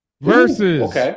versus